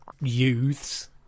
Youths